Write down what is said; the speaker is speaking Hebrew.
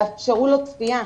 שיאפשרו להם צפייה.